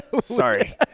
Sorry